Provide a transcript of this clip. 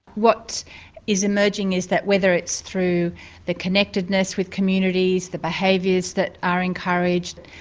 what is emerging is that whether it's through the connectedness with communities, the behaviours that are encouraged,